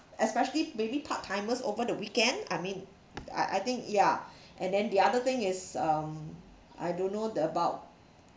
especially maybe part timers over the weekend I mean I I think ya and then the other thing is um I don't know the about